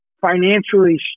financially